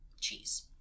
cheese